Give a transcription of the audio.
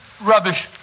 Rubbish